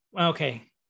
okay